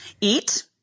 Eat